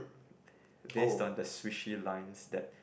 based on the sushi lines that